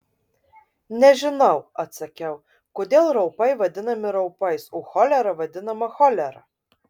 nežinau atsakiau kodėl raupai vadinami raupais o cholera vadinama cholera